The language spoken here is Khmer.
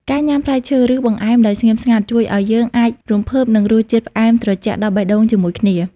ការញ៉ាំផ្លែឈើ ឬបង្អែមដោយស្ងៀមស្ងាត់ ជួយឱ្យយើងអាចរំភើបនឹងរសជាតិផ្អែមត្រជាក់ដល់បេះដូងជាមួយគ្នា។